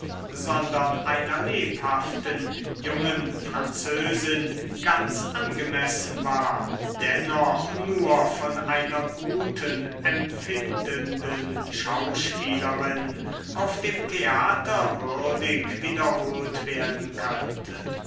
sondern einer lebhaften jungen französin ganz angemessen war dennoch nur von einer guten empfindenden schauspielerin auf dem theater würdig wiederholt werden könnte